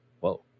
Whoa